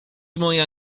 moja